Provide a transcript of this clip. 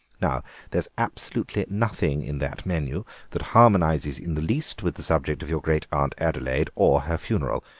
now there's absolutely nothing in that menu that harmonises in the least with the subject of your great aunt adelaide or her funeral.